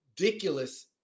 ridiculous